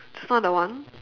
just now that one